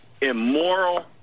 immoral